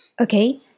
Okay